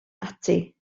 ati